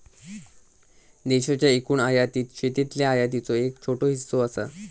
देशाच्या एकूण आयातीत शेतीतल्या आयातीचो एक छोटो हिस्सो असा